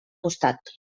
costat